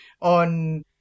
on